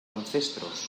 ancestros